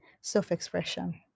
self-expression